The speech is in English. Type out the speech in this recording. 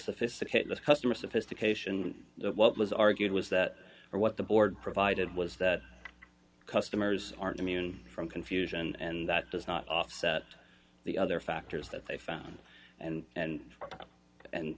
sophisticated customer sophistication what was argued was that what the board provided was that customers aren't immune from confusion and that does not offset the other factors that they found and and and